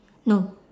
no